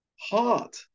heart